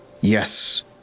Yes